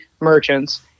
merchants